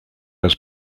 las